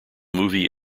movie